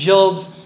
Job's